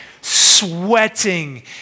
sweating